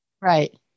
right